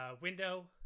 window